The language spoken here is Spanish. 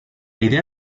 idea